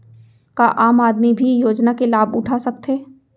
का आम आदमी भी योजना के लाभ उठा सकथे?